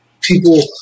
people